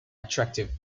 attractive